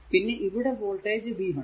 പിന്നെ ഇവിടെ voltage v1